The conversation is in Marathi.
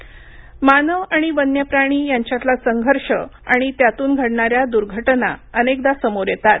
प्णे गवा मानव आणि वन्य प्राणी यांच्यातला संघर्ष आणि त्यात्न घडणाऱ्या दर्घटना अनेकदा समोर येतात